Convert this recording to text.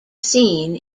seen